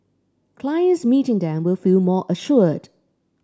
clients meeting them will feel more assured